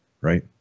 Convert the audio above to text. right